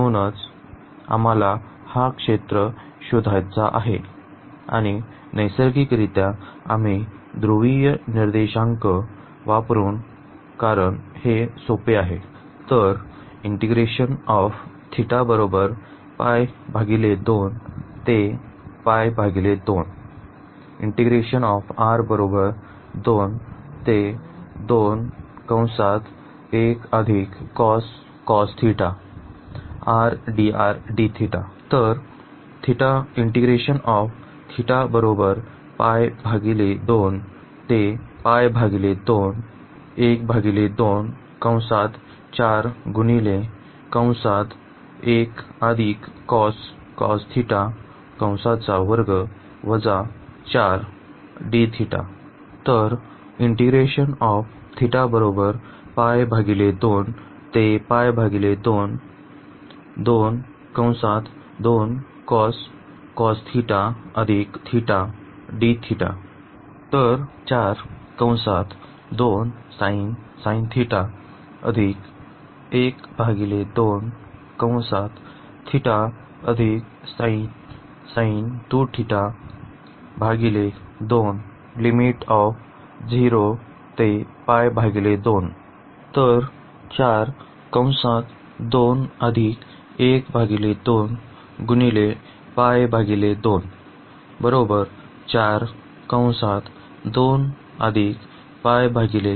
म्हणूनच आम्हाला हा क्षेत्र शोधायचा आहे आणि नैसर्गिकरित्या आम्ही ध्रुवीय निर्देशांक वापरू कारण हे सोपे आहे